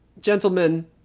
Gentlemen